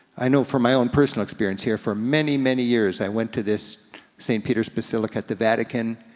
i know from my own personal experience here, for many, many years, i went to this st. peter's basilica at the vatican